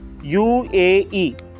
UAE